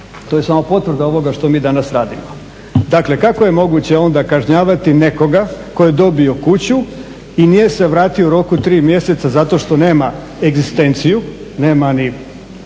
To je samo potvrda ovoga što mi danas radimo. Dakle, kako je moguće onda kažnjavati nekoga tko je dobio kuću i nije se vratio u roku od 3 mjeseca zato što nema egzistenciju, nema ni